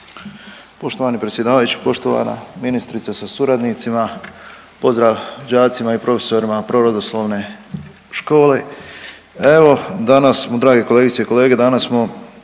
Poštovani predsjedavajući, poštovana ministrice sa suradnicima. Pozdrav đacima i profesorima prirodoslovne škole. Evo danas smo drage kolegice i kolege, danas smo